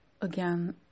again